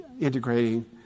integrating